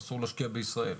אסור להשקיע בישראל,